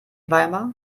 weimar